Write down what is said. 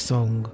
Song